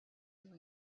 queue